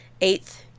eighth